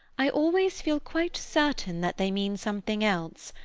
i always feel quite certain that they mean something else.